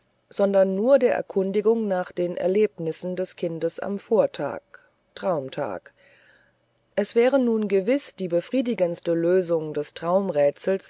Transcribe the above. sondern nur der erkundigung nach den erlebnissen des kindes am vortag traumtag es wäre nun gewiß die befriedigendste lösung des